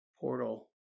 portal